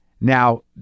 Now